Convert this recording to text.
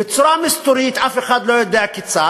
בצורה מסתורית, אף אחד לא יודע כיצד,